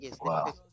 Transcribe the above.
Wow